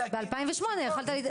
ב-2008 יכולת להתנגד.